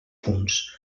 punts